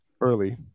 early